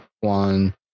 one